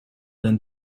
than